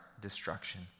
destruction